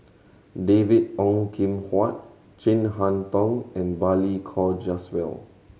David Ong Kim Huat Chin Harn Tong and Balli Kaur Jaswal